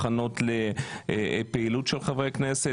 הכנות לפעילות של חברי הכנסת.